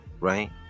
Right